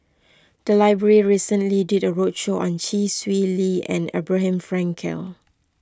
the library recently did a roadshow on Chee Swee Lee and Abraham Frankel